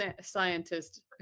scientist